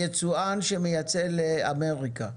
יצואן שמייצא לאמריקה,